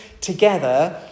together